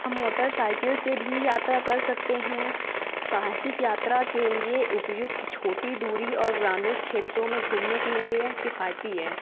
हम motorcycle से भी यात्रा कर सकते हैं साहसिक यात्रा के लिए उपयुक्त छोटी दूरी और ग्रामीण क्षेत्रों में घूमने के लिए यह किफ़ायती है